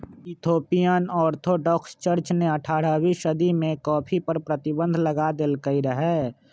Ethiopian orthodox church ने अठारह सदी में कॉफ़ी पर प्रतिबन्ध लगा देलकइ रहै